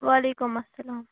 وعلیکُم السلام